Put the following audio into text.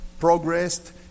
progressed